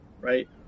right